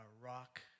rock